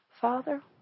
Father